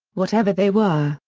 whatever they were,